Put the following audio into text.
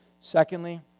Secondly